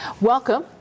Welcome